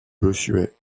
bossuet